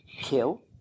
kill